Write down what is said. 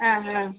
ஆ ஆ